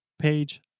page